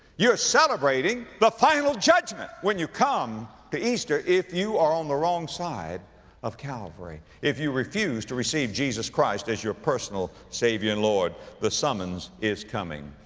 you're celebrating the but final judgment when you come to easter if you are on the wrong side of calvary, if you refuse to receive jesus christ as your personal savior and lord. the summons is coming,